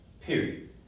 period